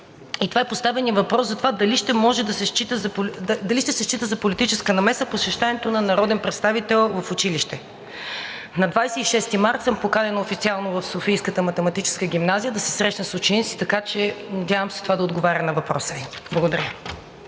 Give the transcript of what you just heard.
това е поставеният въпрос дали ще се счита за политическа намеса посещението на народен представител в училище? На 26 март съм поканена официално в Софийската математическа гимназия да се срещна с учениците, така че, надявам се, това да отговаря на въпроса Ви. Благодаря.